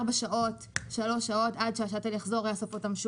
או ארבע שעות עד שהשאטל יחזור לאסוף אותם.